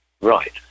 Right